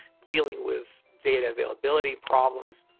dealing with data availability problems,